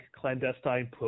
clandestine